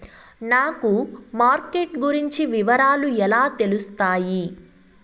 నాకు మార్కెట్ గురించి వివరాలు ఎలా తెలుస్తాయి?